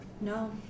No